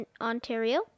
Ontario